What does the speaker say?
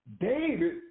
David